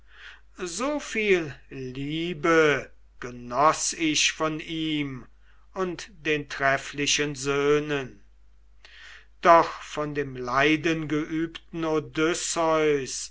so viel liebe genoß ich von ihm und den trefflichen söhnen doch von dem leidengeübten